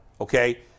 okay